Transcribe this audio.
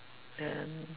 then